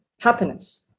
happiness